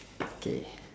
okay